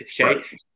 Okay